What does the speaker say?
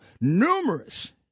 numerous